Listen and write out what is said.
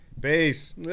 Peace